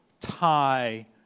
tie